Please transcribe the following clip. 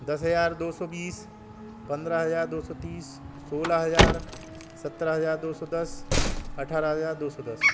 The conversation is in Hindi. दस हजार दो सौ बीस पन्द्रह हजार दो सौ तीस सोलह हजार सत्रह हजार दो सौ दस अठारह हजार दो सौ दस